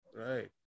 right